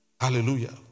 Hallelujah